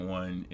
one